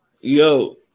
Yo